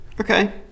Okay